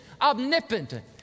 omnipotent